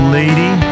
lady